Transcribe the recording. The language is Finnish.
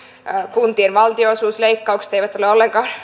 kuntien valtionosuusleikkaukset eivät ole ollenkaan